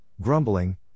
grumbling